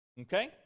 Okay